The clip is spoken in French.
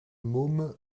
môme